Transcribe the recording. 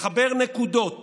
לחבר נקודות